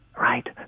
Right